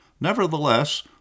nevertheless